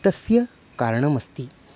तस्य कारणमस्ति